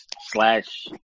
slash